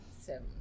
Seven